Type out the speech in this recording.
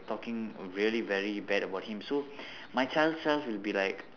talking really very bad about him so my child self will be like